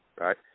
right